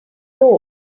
door